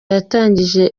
yatangije